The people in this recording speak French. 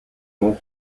mont